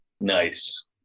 Nice